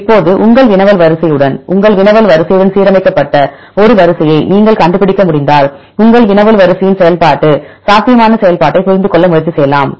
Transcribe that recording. இப்போது உங்கள் வினவல் வரிசையுடன் உங்கள் வினவல் வரிசையுடன் சீரமைக்கப்பட்ட ஒரு வரிசையை நீங்கள் கண்டுபிடிக்க முடிந்தால் உங்கள் வினவல் வரிசையின் செயல்பாட்டு சாத்தியமான செயல்பாட்டைப் புரிந்துகொள்ள முயற்சி செய்யலாம்